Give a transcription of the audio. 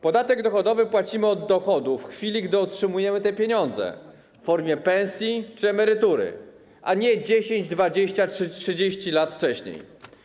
Podatek dochodowy płacimy od dochodów w chwili, gdy otrzymujemy te pieniądze w formie pensji czy emerytury, a nie 10, 20 czy 30 lat wcześniej.